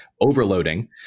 overloading